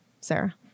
Sarah